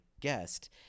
guest